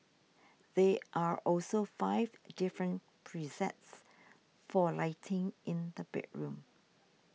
there are also five different presets for lighting in the bedroom